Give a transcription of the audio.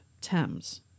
Thames